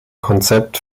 konzept